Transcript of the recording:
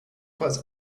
was